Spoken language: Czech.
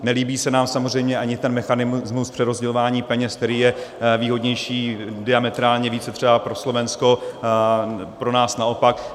Nelíbí se nám samozřejmě ani ten mechanismus přerozdělování peněz, který je výhodnější diametrálně více třeba pro Slovensko, pro nás naopak.